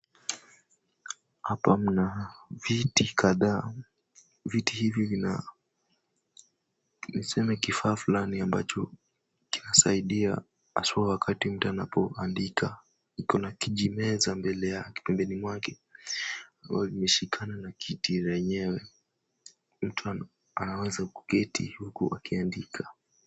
Hapa mna viti kadhaa, viti hivi vina tuseme kifaa flani ambacho kinasaidia haswa wakati mtu anapoandika. Kuna kijimeza pembeni mwake ambayo imeshikwa na kiti yenyewe. Mtu anaweza kuketi huku akiandika.